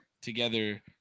together